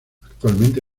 actualmente